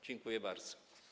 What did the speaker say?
Dziękuję bardzo.